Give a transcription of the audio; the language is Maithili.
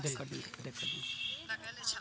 एहि काटू